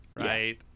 Right